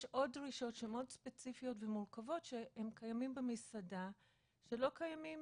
יש עוד דרישות שהן מאוד ספציפיות ומורכבות שהן קיימות במסעדה ולא קיימות